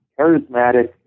charismatic